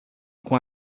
com